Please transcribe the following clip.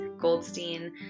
Goldstein